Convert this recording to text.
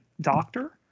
doctor